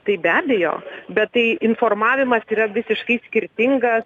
tai be abejo bet tai informavimas yra visiškai skirtingas